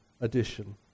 edition